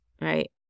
right